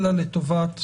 אלא לטובת